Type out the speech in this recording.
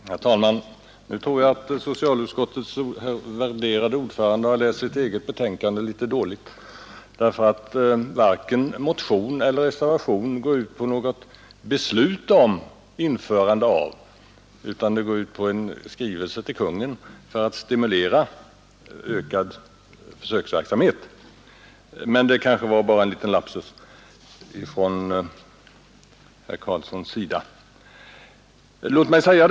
Herr talman! Nu tror jag att socialutskottets värderade ordförande har läst sitt eget betänkande litet dåligt. Varken vår motion eller reservation går ut på något beslut om införande av vårdombudsmän, utan yrkandet gäller en skrivelse till Kungl. Maj:t för att stimulera till ökad försöksverksamhet. Men detta var kanske bara en liten lapsus från herr Karlssons i Huskvarna sida.